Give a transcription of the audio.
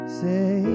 say